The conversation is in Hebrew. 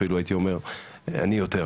אני יותר,